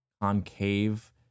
concave